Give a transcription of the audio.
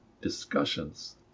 discussions